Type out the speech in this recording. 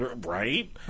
Right